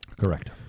Correct